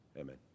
Amen